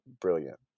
brilliant